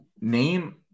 name